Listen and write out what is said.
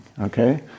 Okay